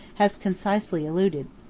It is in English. has concisely alluded.